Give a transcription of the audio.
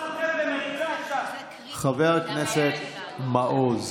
חבר הכנסת מעוז.